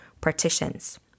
partitions